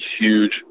huge